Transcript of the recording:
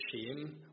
shame